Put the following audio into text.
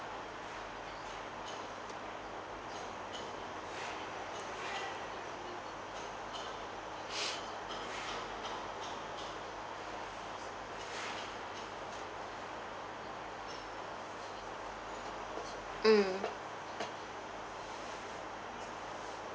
mm